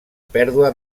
pèrdua